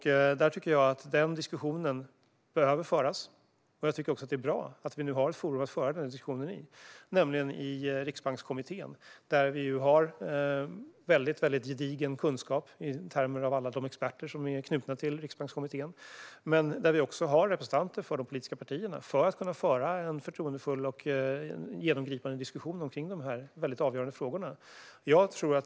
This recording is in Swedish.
Den diskussionen behöver föras. Det är också bra att vi nu har forum att föra diskussionen i, nämligen Riksbankskommittén. Vi har där väldigt gedigen kunskap i termer av alla de experter som är knutna till Riksbankskommittén. Vi har också representanter för de politiska partierna för att kunna föra en förtroendefull och genomgripande diskussion om de här väldigt avgörande frågorna.